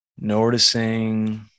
noticing